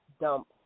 dump